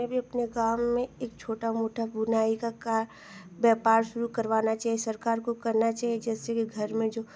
हमें भी अपने गाँव में एक छोटा मोटा बुनाई का काम व्यापार शुरू करवाना चाहिए सरकार को करना चाहिए जैसे कि घर में जो